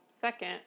second